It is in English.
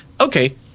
Okay